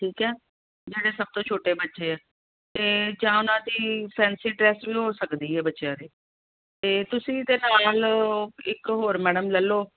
ਠੀਕ ਹੈ ਨਾਲੇ ਸਭ ਤੋਂ ਛੋਟੇ ਬੱਚੇ ਹੈ ਅਤੇ ਜਾਂ ਉਹਨਾਂ ਦੀ ਫੈਂਸੀ ਡਰੈਸ ਵੀ ਹੋ ਸਕਦੀ ਹੈ ਬੱਚਿਆਂ ਦੀ ਅਤੇ ਤੁਸੀਂ ਤੇ ਨਾਲ ਇੱਕ ਹੋਰ ਮੈਡਮ ਲੈ ਲਉ